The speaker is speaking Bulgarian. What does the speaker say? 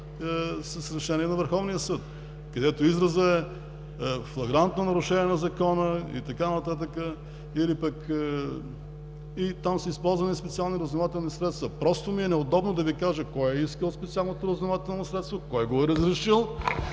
с решение на Върховния съд, където изразът е „флагрантно нарушение на Закона“ и така нататък. И там са използвани специални разузнавателни средства. Просто ми е неудобно да Ви кажа кой е искал специалното разузнавателно средство, кой го е разрешил